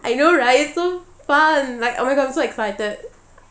I know right it's so fun like oh my god I'm so excited